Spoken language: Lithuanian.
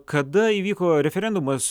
kada įvyko referendumas